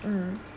mm